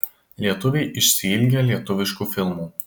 lietuviai išsiilgę lietuviškų filmų